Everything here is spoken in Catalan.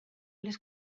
les